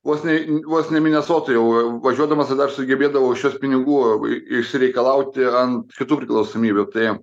vos ne vos ne minesotoj jau važiuodamas dar sugebėdavau iš jos pinigų išsireikalauti ant kitų priklausomybiųtai